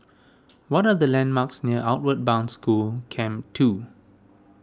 what are the landmarks near Outward Bound School Camp two